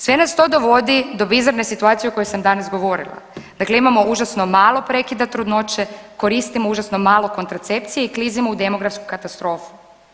Sve nas to dovodi do bizarne situacije o kojoj sam danas govorila, dakle imamo užasno malo prekida trudnoće, koristimo užasno malo kontracepcije i klizimo u demografsku katastrofu.